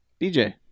DJ